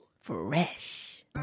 Fresh